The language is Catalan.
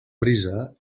brisa